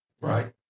Right